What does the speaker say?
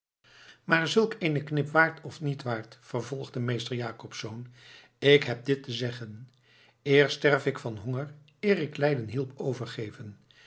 maar zulk eenen knip waard of niet waard vervolgde meester jacobsz ik heb dit te zeggen eer sterf ik van honger eer ik leiden help overgeven